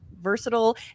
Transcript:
versatile